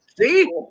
See